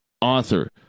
author